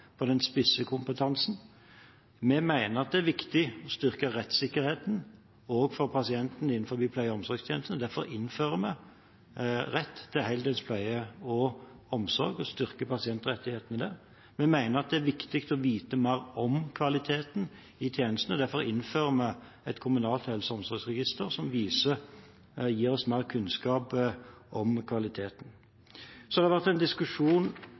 den spisse kompetansen. Vi mener at det er viktig å styrke rettssikkerheten overfor pasientene innenfor pleie- og omsorgstjenesten. Derfor innfører vi rett til heldøgns pleie og omsorg og styrker pasientrettighetene. Vi mener det er viktig å vite mer om kvaliteten i tjenestene. Derfor innfører vi et kommunalt helse- og omsorgsregister som gir oss mer kunnskap om kvaliteten. Så har det vært en diskusjon